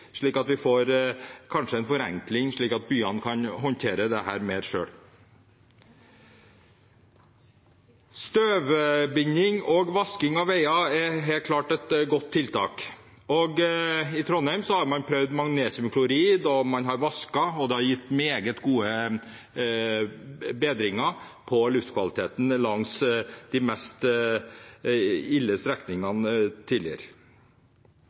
slik at den nå kan sendes ut på høring, at vi kanskje får en forenkling og byene kan håndtere dette mer selv. Støvbinding og vasking av veier er helt klart et godt tiltak. I Trondheim har man prøvd magnesiumklorid, man har vasket, og det har gitt meget god bedring av luftkvaliteten langs strekningene der det tidligere var mest ille.